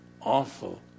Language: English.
awful